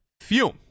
Fume